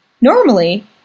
Normally